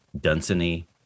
Dunsany